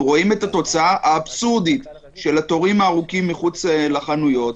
אנחנו רואים את התוצאה האבסורדית של התורים הארוכים מחוץ לחנויות.